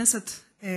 הכנסת דב